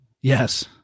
Yes